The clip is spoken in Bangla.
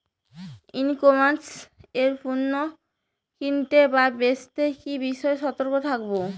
ই কমার্স এ পণ্য কিনতে বা বেচতে কি বিষয়ে সতর্ক থাকব?